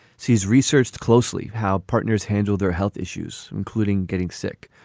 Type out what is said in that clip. she's researched closely how partners handle their health issues, including getting sick.